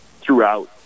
throughout